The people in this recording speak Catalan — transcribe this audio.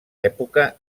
època